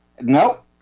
Nope